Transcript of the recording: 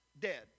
dead